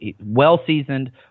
well-seasoned